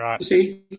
See